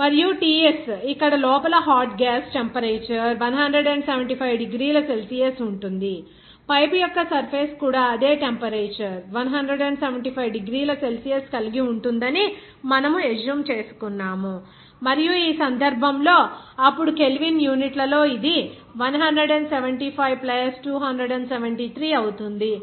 మరియు Ts ఇక్కడ లోపల హాట్ గ్యాస్ టెంపరేచర్ 175 డిగ్రీల సెల్సియస్ ఉంటుంది పైపు యొక్క సర్ఫేస్ కూడా అదే టెంపరేచర్ 175 డిగ్రీల సెల్సియస్ కలిగి ఉంటుందని మనము అస్స్యూమ్ చేసుకున్నాము మరియు ఈ సందర్భంలో అప్పుడు కెల్విన్ యూనిట్లో ఇది 175 273 అవుతుంది